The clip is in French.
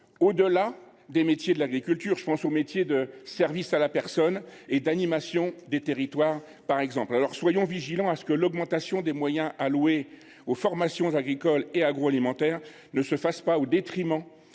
au delà des métiers de l’agriculture. Je pense aux métiers des services à la personne et d’animation des territoires par exemple. Alors, veillons à ce que l’augmentation des moyens alloués aux formations agricoles et agroalimentaires ne se fasse pas au détriment